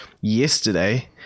yesterday